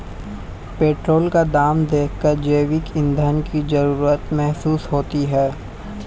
petrol का दाम देखकर जैविक ईंधन की जरूरत महसूस होती है